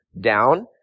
down